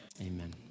Amen